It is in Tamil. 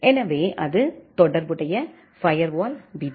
எனவே அது தொடர்புடைய ஃபயர்வால் விதி